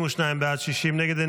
52 בעד, 60 נגד.